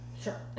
Sure